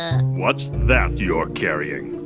uh what's that you're carrying?